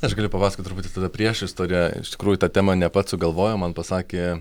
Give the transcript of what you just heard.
aš galiu papasakot truputį tada priešistorę iš tikrųjų tą temą ne pats sugalvojau man pasakė